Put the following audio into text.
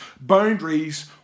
boundaries